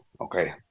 okay